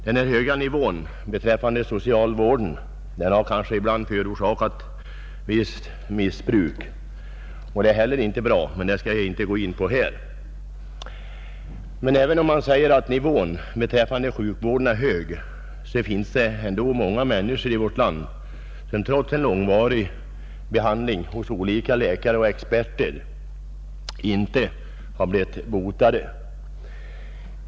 Denna höga nivå på socialvården har kanske ibland förorsakat visst missbruk, vilket naturligtvis inte är bra, men det är en sak som jag här inte skall gå in på. Men även om sjukvårdsnivån är hög finns det ändå många människor här i landet, som trots långvarig behandling av olika läkare och experter inte har blivit botade.